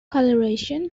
colouration